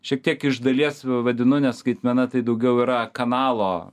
šiek tiek iš dalies vadinu nes skaitmena tai daugiau yra kanalo